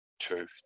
True